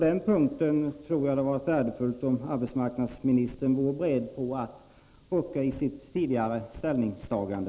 Det hade varit värdefullt om arbetsmarknadsministern varit beredd att rucka på sitt tidigare ställningstagande.